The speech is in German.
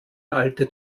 alte